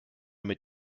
mit